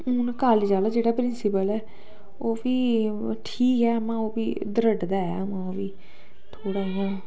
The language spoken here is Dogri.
हून कालेज आह्ला जेह्ड़ा प्रिंसीपल ऐ ओह् बी ठीक ऐ उ'आं ओह् बी दरट्दा ऐ ओह् बी थोह्ड़ा उ'आं